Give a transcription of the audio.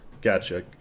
gotcha